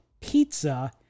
pizza